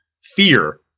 fear